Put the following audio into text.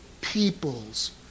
Peoples